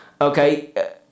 okay